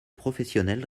professionnel